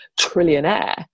trillionaire